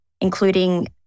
including